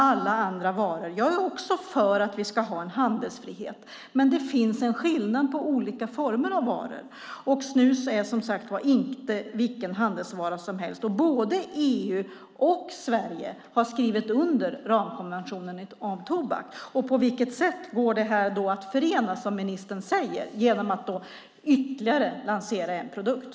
Jag är också för att vi ska ha en handelsfrihet, men det finns skillnader mellan olika former av varor, och snus är som sagt inte vilken handelsvara som helst. Både EU och Sverige har skrivit under ramkonventionen om tobak. På vilket sätt går det här då att förena, som ministern säger, genom att lansera ytterligare en produkt?